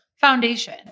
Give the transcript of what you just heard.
foundation